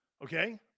Okay